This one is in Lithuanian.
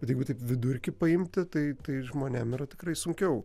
ir jeigu taip vidurkį paimti tai tai žmonėm yra tikrai sunkiau